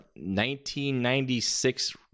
1996